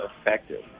effective